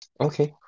Okay